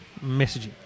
Messaging